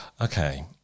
Okay